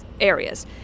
areas